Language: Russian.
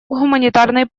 гуманитарной